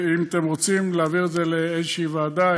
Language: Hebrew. אם אתם רוצים להעביר את זה לאיזו ועדה,